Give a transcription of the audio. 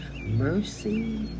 mercy